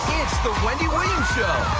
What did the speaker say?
it's the wendy williams show.